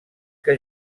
que